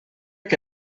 que